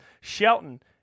Shelton